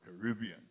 Caribbean